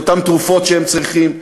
את אותן תרופות שהם צריכים,